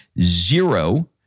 zero